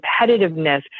competitiveness